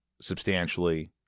substantially